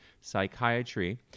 psychiatry